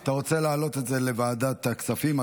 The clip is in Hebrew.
אתה רוצה להעלות את זה לוועדת הכספים.